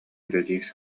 үлэлиир